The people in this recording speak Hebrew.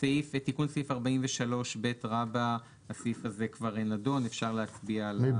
תיקון סעיף 43ב כבר נדון, אפשר להצביע עליו.